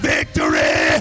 Victory